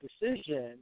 decision